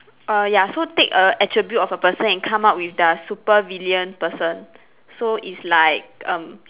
err ya so take a attribute of a person and come up with their supervillain person so it's like um